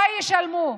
מה ישלמו?